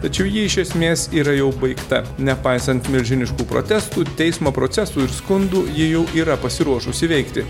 tačiau ji iš esmės yra jau baigta nepaisant milžiniškų protestų teismo procesų ir skundų ji jau yra pasiruošusi veikti